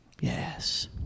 Yes